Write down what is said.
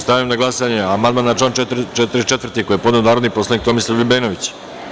Stavljam na glasanje amandman na član 44. koji je podneo narodni poslanik Tomislav Ljubenović.